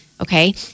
okay